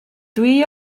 dwi